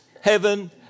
heaven